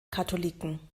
katholiken